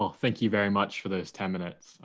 um thank you very much for those ten minutes,